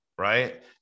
right